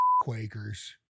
Quakers